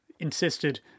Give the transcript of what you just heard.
insisted